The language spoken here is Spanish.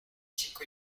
chico